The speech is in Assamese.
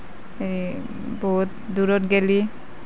বহুত দূৰত গ'লে